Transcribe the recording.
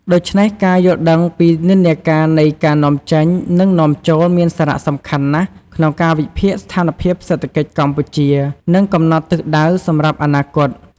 ដូច្នេះ ការយល់ដឹងពីនិន្នាការនៃការនាំចេញ និងនាំចូលមានសារៈសំខាន់ណាស់ក្នុងការវិភាគស្ថានភាពសេដ្ឋកិច្ចកម្ពុជា និងកំណត់ទិសដៅសម្រាប់អនាគត។